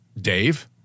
Dave